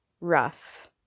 rough